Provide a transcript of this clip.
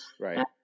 Right